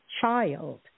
child